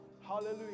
Hallelujah